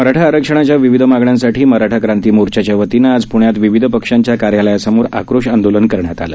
मराठा आरक्षणाच्या विविध मागण्यांसाठी मराठा क्रांती मोर्चाच्या वतीनं आज पृण्यात विविध पक्षाच्या कार्यालयासमोर आक्रोश आंदोलन करण्यात आलं